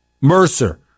Mercer